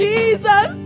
Jesus